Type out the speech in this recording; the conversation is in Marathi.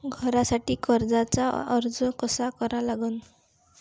घरासाठी कर्जाचा अर्ज कसा करा लागन?